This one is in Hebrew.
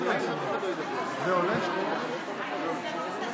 הצעת חוק הגנת הצרכן (תיקון,